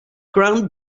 ground